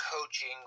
coaching